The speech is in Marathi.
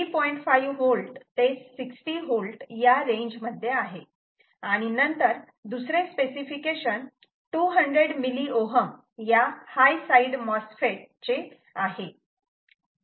5 V ते 60 V या रेंज मध्ये आहे आणि नंतर दुसरे स्पेसिफिकेशन 200 मिलीओहम या हाय साईड MOSFET चे आहे